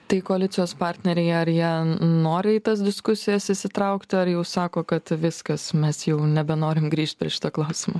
tai koalicijos partneriai ar jie nori į tas diskusijas įsitraukti ar jau sako kad viskas mes jau nebenorim grįšt prie šito klausimo